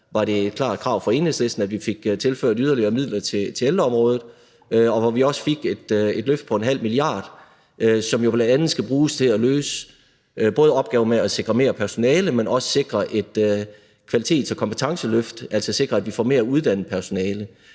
var det et klart krav fra Enhedslistens side, at vi fik tilført yderligere midler til ældreområdet, og der fik vi også et løft på en halv milliard kroner, som jo bl.a. skal bruges til at løse både opgaven med at sikre mere personale, men også sikre et kvalitets- og kompetenceløft, altså sikre, at vi får mere uddannet personale.